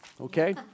okay